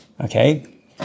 Okay